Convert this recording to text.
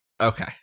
Okay